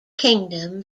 kingdom